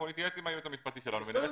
אנחנו נתייעץ עם הייעוץ המשפטי שלנו ונראה.